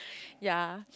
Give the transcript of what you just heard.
ya